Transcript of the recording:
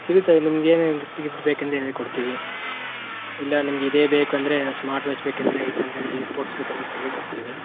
ಸಿಗುತ್ತೆ ನಿಮ್ಗೆ ಏನೇನು ಗಿಫ್ಟ್ ಗಿಫ್ಟ್ ಬೇಕೆಂದ್ರೆ ಹೇಳಿ ಕೊಡ್ತೀವಿ ಇಲ್ಲ ನಿಮ್ಗೆ ಇದೇ ಬೇಕೆಂದ್ರೆ ಸ್ಮಾರ್ಟ್ ವಾಚ್ ಬೇಕೆಂದ್ರೆ ಇಲ್ಲ ಅಂದ್ರೆ ಏರ್ ಪೋಡ್ಸ್ ಬೇಕೆಂದ್ರೆ ಕೇಳಿ ಕೊಡ್ತೀವಿ